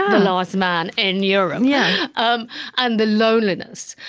the last man in europe. yeah um and the loneliness.